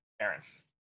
parents